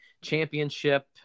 championship